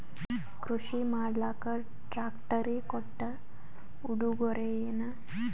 ಕೃಷಿ ಮಾಡಲಾಕ ಟ್ರಾಕ್ಟರಿ ಕೊಟ್ಟ ಉಡುಗೊರೆಯೇನ?